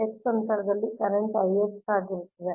x ಅಂತರದಲ್ಲಿ current Ix ಆಗಿರುತ್ತದೆ